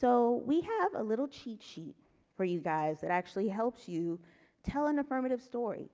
so we have a little cheat sheet for you guys that actually helps you tell an affirmative story